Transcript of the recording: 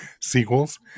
sequels